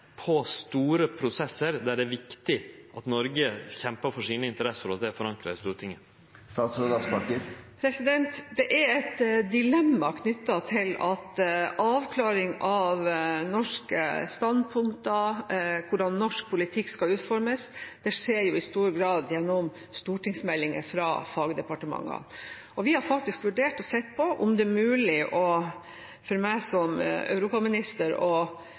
er viktig at Noreg kjempar for sine interesser, og at det er forankra i Stortinget? Det er et dilemma knyttet til at avklaring av norske standpunkter, hvordan norsk politikk skal utformes, i stor grad skjer gjennom stortingsmeldinger fra fagdepartementer. Vi har faktisk vurdert og sett på om det er mulig for meg som europaminister å